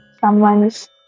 someone's